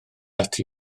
ati